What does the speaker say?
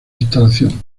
instalación